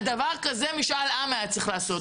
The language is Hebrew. על דבר כזה משאל העם היה צריך לעשות.